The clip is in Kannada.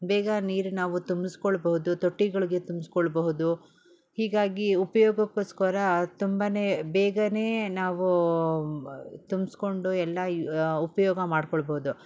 ಬೇಗ ನೀರು ನಾವು ತುಂಬಿಸ್ಕೊಳ್ಬಹುದು ತೊಟ್ಟಿಗಳಿಗೆ ತುಂಬಿಸ್ಕೊಳ್ಬಹುದು ಹೀಗಾಗಿ ಉಪಯೋಗಕ್ಕೋಸ್ಕರ ತುಂಬ ಬೇಗ ನಾವು ತುಂಬಿಸ್ಕೊಂಡು ಎಲ್ಲ ಉಪಯೋಗ ಮಾಡಿಕೊಳ್ಬೋದು